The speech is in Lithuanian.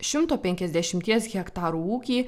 šimto penkiasdešimties hektarų ūkį